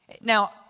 Now